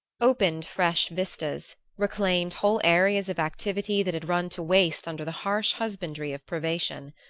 opened fresh vistas, reclaimed whole areas of activity that had run to waste under the harsh husbandry of privation.